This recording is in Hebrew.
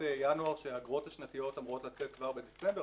ינואר והאגרות השנתיות אמורות לצאת כבר בדצמבר,